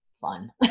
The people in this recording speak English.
fun